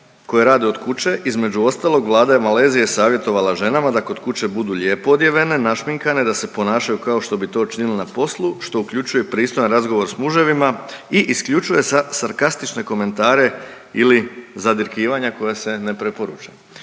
koje rade od kuće. Između ostalog Vlada je Malezije savjetovala ženama da kod kuće budu lijepo odjevene, našminkane, da se ponašaju kao što bi to činile na poslu što uključuje pristojan razgovor sa muževima i isključuje sarkastične komentare ili zadirkivanja koja se ne preporuča.